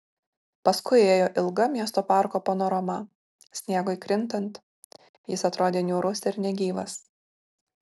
paskui ėjo ilga miesto parko panorama sniegui krintant jis atrodė niūrus ir negyvas